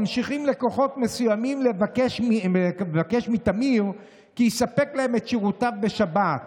ממשיכים לקוחות מסוימים לבקש מתמיר כי יספק להם את שירותיו בשבת,